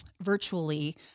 virtually